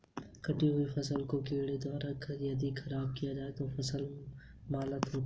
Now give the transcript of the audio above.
कटी हुयी फसल को कीड़ों द्वारा यदि ख़राब किया जाता है तो फसल मातम होता है